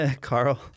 Carl